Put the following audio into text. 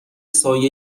سایه